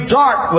dark